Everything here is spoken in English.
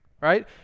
right